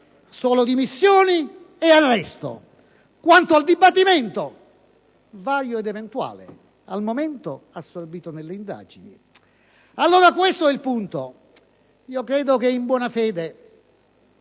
solo dimissioni e arresto. Quanto al dibattimento, vario ed eventuale, esso è al momento assorbito nelle indagini. Questo è allora il punto. Credo che in buona fede,